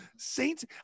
Saints